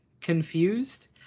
confused